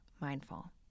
MINDFUL